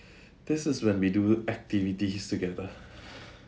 this is when we do activities together